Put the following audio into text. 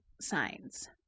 signs